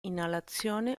inalazione